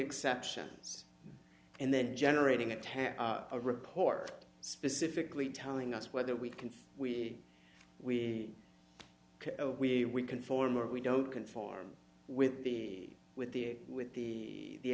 exceptions and then generating attack a report specifically telling us whether we can we we we we conform or we don't conform with the with the with the